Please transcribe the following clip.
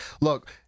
Look